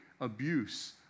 abuse